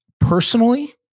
Personally